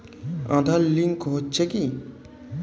Aadhaar link হচ্ছে কি?